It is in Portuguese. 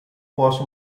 posso